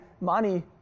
money